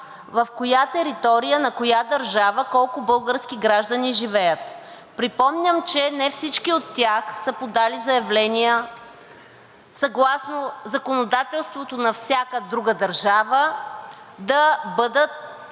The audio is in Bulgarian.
в коя територия на коя държава колко български граждани живеят. Припомням, че не всички от тях са подали заявления, съгласно законодателството на всяка друга държава да бъдат